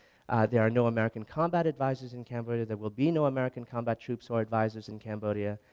there are no american combat advisers in cambodia. there will be no american combat troops or advisers in cambodia.